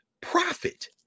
profit